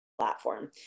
platform